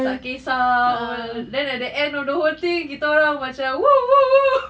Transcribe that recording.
tak kesah all then at the end of the whole thing kita orang macam !woo! !woo! !woo!